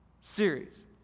series